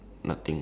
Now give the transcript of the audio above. color